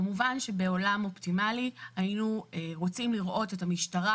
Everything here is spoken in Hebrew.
כמובן שבעולם אופטימלי היינו רוצים לראות את המשטרה